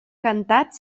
cantat